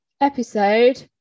episode